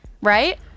right